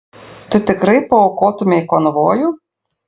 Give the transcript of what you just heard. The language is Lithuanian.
tu tikrai paaukotumei konvojų